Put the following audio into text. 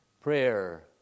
prayer